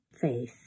faith